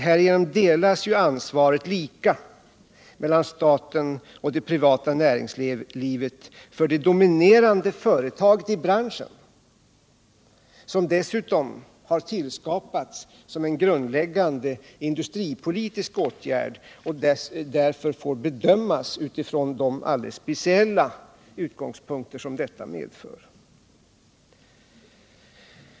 Härigenom delas ansvaret lika mellan staten och det privata näringslivet för det dominerande företaget i branschen, som dessutom har tillskapats som en grundläggande industripolitisk åtgärd och därför får bedömas utifrån de alldeles speciella utgångspunkter som detta medför.